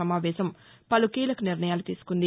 సమావేశం పలు కీలక నిర్ణయాలు తీసుకుంది